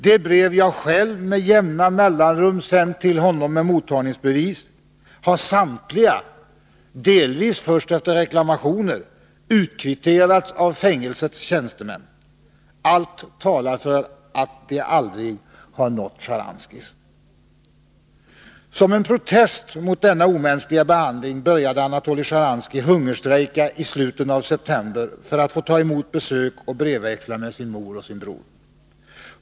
De brev som jag själv med jämna mellanrum har sänt till honom med mottagningsbevis har samtliga — delvis först efter reklamationer — utkvitterats av fängelsets tjänstemän. Allt talar för att de aldrig har nått Sjtjaranskij. Som en protest mot denna omänskliga behandling började Anatoly Sjtjaranskij hungerstrejka i slutet av september för att få ta emot besök och brevväxla med sin mor och bror.